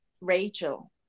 Rachel